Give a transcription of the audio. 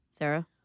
Sarah